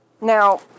Now